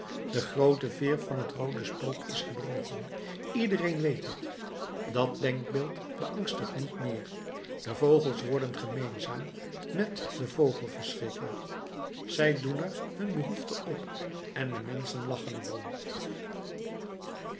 de groote veer van het roode spook is gebroken iedereen weet het dat denkbeeld beangstigt niet meer de vogels worden gemeenzaam met den vogelverschrikker zij doen er hun behoefte op en de menschen lachen